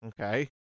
Okay